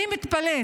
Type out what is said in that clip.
אני מתפלאת